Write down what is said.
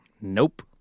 Nope